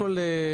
קודם כול,